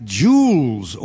jewels